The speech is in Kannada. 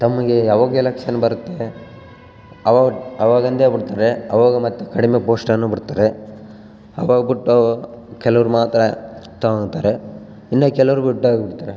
ತಮಗೆ ಯಾವಾಗ ಎಲೆಕ್ಷನ್ ಬರುತ್ತೆ ಅವ ಅವಾಗಂದೇ ಬಿಡ್ತಾರೆ ಅವಾಗ ಮತ್ತು ಕಡಿಮೆ ಪೋಸ್ಟನ್ನು ಬಿಡ್ತಾರೆ ಅವಾಗ್ಬಿಟ್ಟವು ಕೆಲವರು ಮಾತ್ರ ತಗೋತಾರೆ ಇನ್ನು ಕೆಲವರ್ ಬಿಟ್ಹಾಕಿ ಬಿಡ್ತಾರೆ